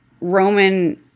Roman